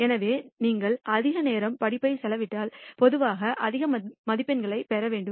எனவே நீங்கள் அதிக நேரம் படிப்பை செலவிட்டால் பொதுவாக அதிக மதிப்பெண்களைப் பெற வேண்டும்